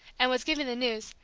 and was given the news,